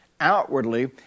outwardly